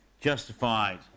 justified